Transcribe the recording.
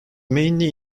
mainly